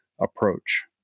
approach